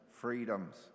freedoms